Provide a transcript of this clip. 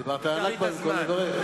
דיברת על ה"נכבה" במקום לברך.